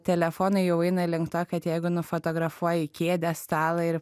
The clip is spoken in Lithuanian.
telefonai jau eina link to kad jeigu nufotografuoji kėdę stalą ir